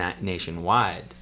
Nationwide